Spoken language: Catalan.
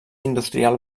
industrial